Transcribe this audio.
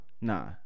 Nah